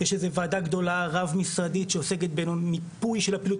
יש ועדה גדולה רב-משרדית שעוסקת במיפוי של הפעילות